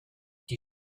die